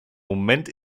moment